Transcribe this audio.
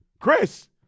Chris